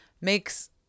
makes